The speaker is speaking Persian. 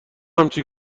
همچین